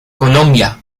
colombia